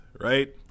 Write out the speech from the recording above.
right